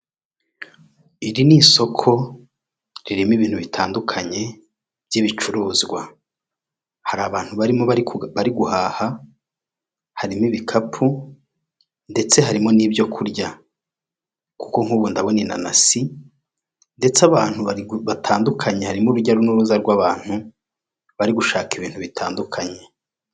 Iri ni isoko ririmo ibintu bitandukanye by'ibicuruzwa, hari abantu barimo bari guhaha harimo ibikapu ndetse harimo n'ibyo kurya, kuko nk'ubu ndabona ananasi ndetse abantu batandukanye harimo urujya n'uruza rw'abantu bari gushaka ibintu bitandukanye.